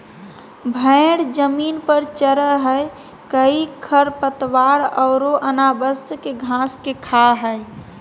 भेड़ जमीन पर चरैय हइ कई खरपतवार औरो अनावश्यक घास के खा हइ